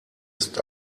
ist